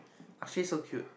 Akshay so cute